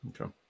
Okay